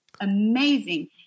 amazing